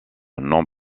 non